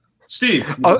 Steve